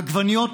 עגבניות,